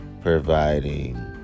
providing